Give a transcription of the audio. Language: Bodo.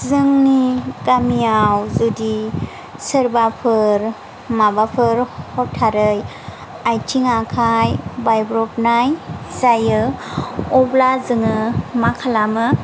जोंनि गामियाव जुदि सोरबाफोर माबाफोर हथारै आथिं आखाइ बायब्रबनाय जायो अब्ला जों मा खालामो